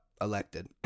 elected